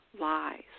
lies